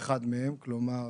כלומר,